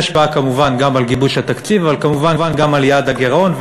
כמובן השפעה על גיבוש התקציב אבל כמובן גם על יעד הגירעון,